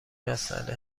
مساله